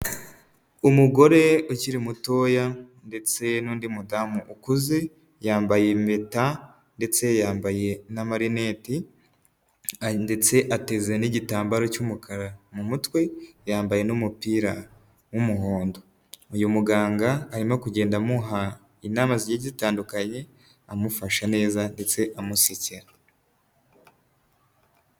Umugore ukiri mutoya ndetse n'undi mudamu ukuze yambaye impeta, ndetse yambaye n'amarineti, ndetse ateze n'igitambaro cy'umukara mu mutwe. Yambaye n'umupira w'umuhondo. Uyu muganga arimo kugenda amuha inama zigiye zitandukanye amufashe neza ndetse amusekera.